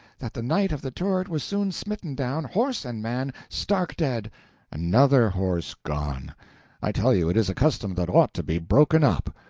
that the knight of the turret was soon smitten down, horse and man, stark dead another horse gone i tell you it is a custom that ought to be broken up.